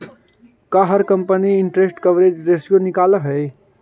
का हर company interest coverage ratio निकालअ हई